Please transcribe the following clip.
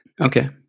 Okay